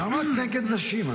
למה את נגד נשים?